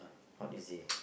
not easy